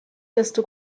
desto